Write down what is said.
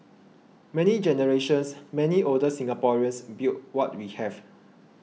many generations many older Singaporeans built what we have